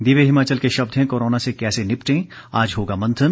दिव्य हिमाचल के शब्द हैं कोरोना से कैसे निपटें आज होगा मंथन